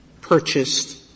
purchased